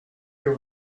you